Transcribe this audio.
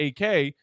AK